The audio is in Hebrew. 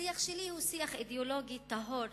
השיח שלי הוא שיח אידיאולוגי טהור,